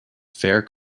fair